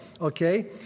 okay